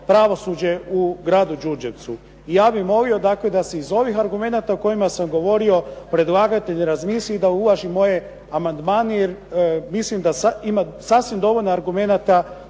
pravosuđe u gradu Đurđevcu. Ja bih molio dakle, da se iz ovih argumenata o kojima sam govorio predlagatelj razmisli i da uvaži moj amandman jer mislim da ima sasvim dovoljno argumenata